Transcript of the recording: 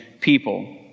people